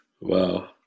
Wow